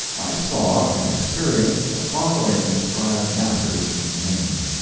i saw and experienced the following described matters and things.